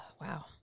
wow